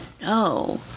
no